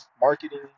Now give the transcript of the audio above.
marketing